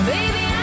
Baby